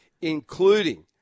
including